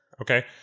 Okay